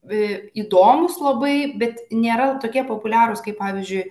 įdomūs labai bet nėra tokie populiarūs kaip pavyzdžiui